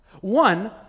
One